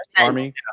army